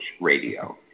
radio